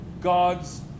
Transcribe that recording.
God's